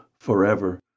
forever